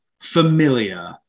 familiar